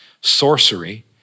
sorcery